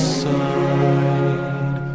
side